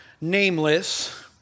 nameless